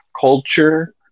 culture